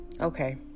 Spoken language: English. okay